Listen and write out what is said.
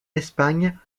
espagne